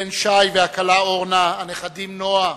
הבן שי והכלה אורנה, הנכדים נועה,